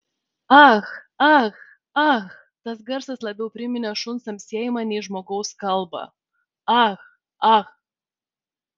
ah ah ah tas garsas labiau priminė šuns amsėjimą nei žmogaus kalbą ah ah